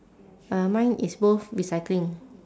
uh mine is both recycling